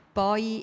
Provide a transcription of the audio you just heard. poi